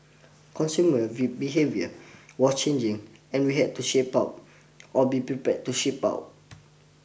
consumer V behaviour was changing and we had to shape up or be prepared to ship out